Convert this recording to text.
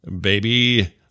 baby